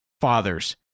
fathers